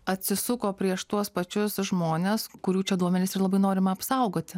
atsisuko prieš tuos pačius žmones kurių čia duomenis ir labai norima apsaugoti